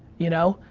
you know,